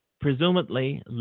presumably